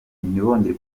ntibongere